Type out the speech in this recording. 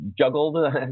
juggled